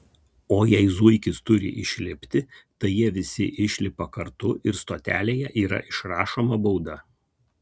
o jei zuikis turi išlipti tai jie visi išlipa kartu ir stotelėje yra išrašoma bauda